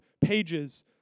pages